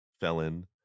Felon